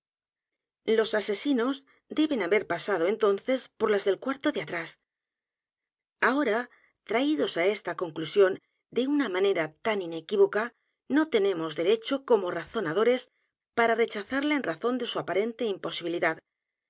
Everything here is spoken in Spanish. los asesinos deben h a b e r pasado entonces por las del cuarto de atrás ahora traídos á esta conclusión de una manera tan inequívoca notenemos'dérecho los crímenes de la calle morgue como razonadores p a r a rechazarla en razón de su